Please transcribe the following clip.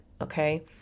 Okay